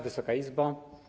Wysoka Izbo!